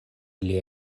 ili